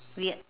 weird